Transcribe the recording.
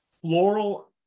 floral